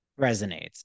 resonates